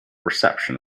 reception